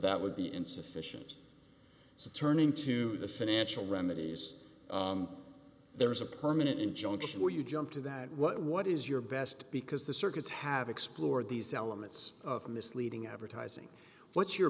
that would be insufficient so turning to the financial remedies there is a permanent injunction where you jump to that what what is your best because the circuits have explored these elements of misleading advertising what's your